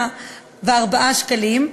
111,584 שקלים.